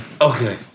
okay